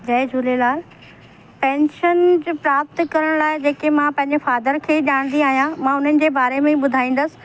जय Jhulelal pension प्राप्त करण लाइ जेके मां पंहिंजे फादर खे ई ॼाणंदी आहियां मां उन्हनि जे बारे में ई ॿुधाईंदसि